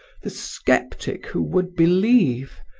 the sceptic who would believe,